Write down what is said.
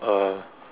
uh